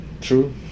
True